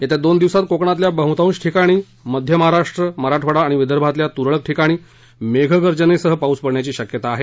येत्या दोन दिवसात कोकणातल्या बहतेक ठिकाणी मध्य महाराष्ट्र मराठवाडा आणि विदर्भातल्या तुरळक ठिकाणी मेघगर्जनेसह पाऊस पडण्याची शक्यता आहे